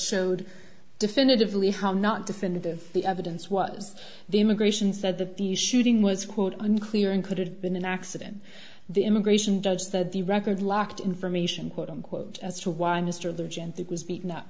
showed definitively how not definitive the evidence was the immigration said that the shooting was quote unclear included been an accident the immigration judge that the record locked information quote unquote as